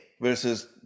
versus